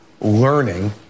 learning